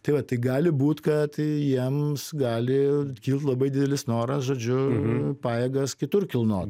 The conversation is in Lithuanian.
tai vat tai gali būt kad jiems gali kilti labai didelis noras žodžiu pajėgas kitur kilnot